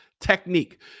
technique